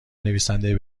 نویسنده